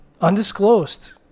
Undisclosed